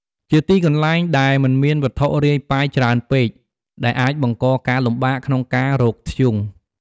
ជាទីកន្លែងដែលមិនមានវត្ថុរាយប៉ាយច្រើនពេក ដែលអាចបង្កការលំបាកក្នុងការរកធ្យូង។